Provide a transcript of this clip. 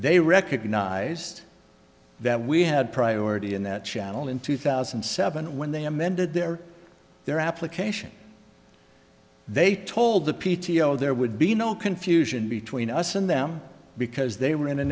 they recognized that we had priority in that channel in two thousand and seven when they amended their their application they told the p t o there would be no confusion between us and them because they were in a